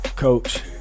Coach